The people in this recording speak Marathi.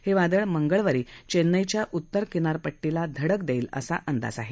हे वादळ मंगळवारी चेन्नईच्या उत्तर किनारपट्टीला धडक देईल असा अंदाज आहे